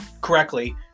correctly